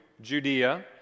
judea